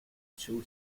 two